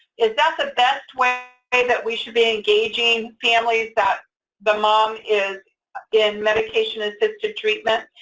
is that the best way and that we should be engaging families that the mom is in medication-assisted treatment?